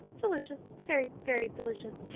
delicious. it's very, very delicious.